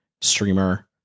streamer